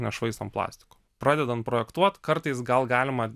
nešvaistom plastiko pradedam projektuot kartais gal galima